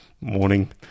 morning